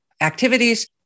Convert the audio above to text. activities